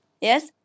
yes